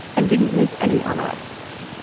and didn't make any arrests.